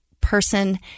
person